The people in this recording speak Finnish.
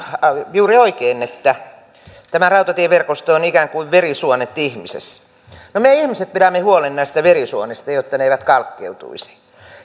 juuri oikein että tämä rautatieverkosto on ikään kuin verisuonet ihmisessä no me ihmiset pidämme huolen näistä verisuonista jotta ne eivät kalkkeutuisi